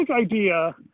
idea